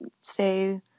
stay